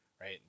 right